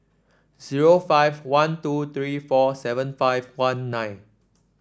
zero five one two three four seven five one nine